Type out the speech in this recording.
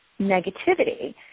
negativity